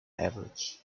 average